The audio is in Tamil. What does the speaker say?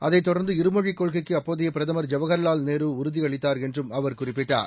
அதைத் தொடர்ந்து இருமொழிக்கொள்கைக்கு அப்போதைய பிரதமர் ஐவஹர்லால் நேர உறுதியளித்தார் என்றும் அவர் குறிப்பிட்டார்